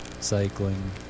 cycling